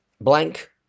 blank